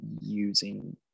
using